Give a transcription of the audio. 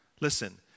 Listen